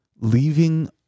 leaving